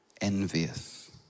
envious